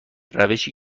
روشی